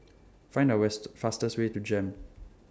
Find A West fastest Way to Jem